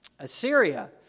Assyria